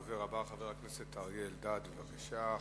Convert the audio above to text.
הדובר הבא, חבר הכנסת אריה אלדד, בבקשה.